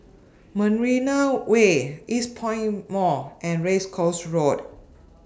Marina Way Eastpoint Mall and Race Course Road